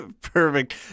Perfect